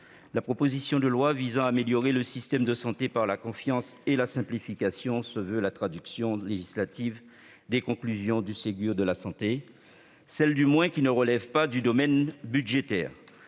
la proposition de loi visant à améliorer le système de santé par la confiance et la simplification se veut la traduction législative des conclusions du Ségur de la santé, celles du moins qui ne relèvent pas du domaine budgétaire.